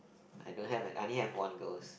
I don't have eh I only have one girls